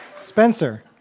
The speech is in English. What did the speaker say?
Spencer